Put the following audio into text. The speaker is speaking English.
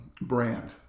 Brand